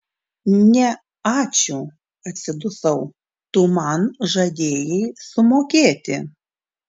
ne ačiū atsidusau tu man žadėjai sumokėti